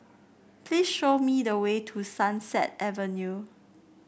please show me the way to Sunset Avenue